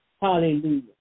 Hallelujah